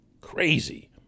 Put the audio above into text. crazy